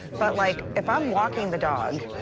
but like if i'm walking the dog,